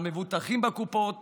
המבוטחים בקופות